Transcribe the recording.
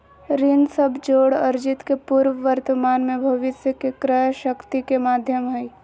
ऋण सब जोड़ अर्जित के पूर्व वर्तमान में भविष्य के क्रय शक्ति के माध्यम हइ